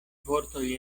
vortoj